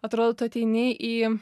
atrodo tu ateini į